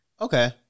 Okay